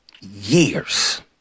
years